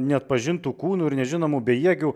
neatpažintų kūnų ir nežinomų bejėgių